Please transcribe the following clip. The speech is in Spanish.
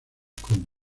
kong